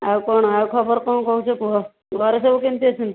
ଆଉ କ'ଣ ଆଉ ଖବର କ'ଣ କହୁଛ କୁହ ଘରେ ସବୁ କେମିତି ଅଛନ୍ତି